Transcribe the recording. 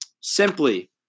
simply